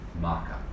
marker